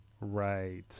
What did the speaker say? right